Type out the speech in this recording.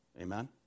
Amen